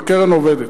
הקרן עובדת.